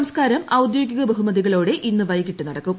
സംസ്ക്കാരം ഔദ്യോഗിക ബഹുമതികളോടെ ഇന്ന് വൈകിട്ട് നടക്കും